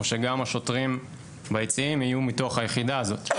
או שגם השוטרים ביציעים יהיו מתוך היחידה הזאת.